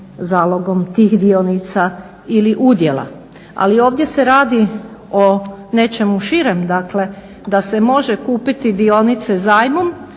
zalogom tih dionica ili udjela. Ali ovdje se radi o nečemu širem, dakle da se može kupiti dionice zajmom